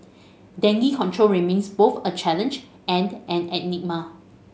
dengue control remains both a challenge and an enigma